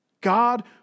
God